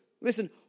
listen